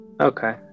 Okay